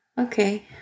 Okay